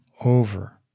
over